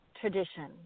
tradition